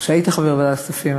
או שהיית חבר ועדת הכספים.